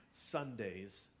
Sundays